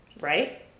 right